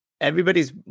everybody's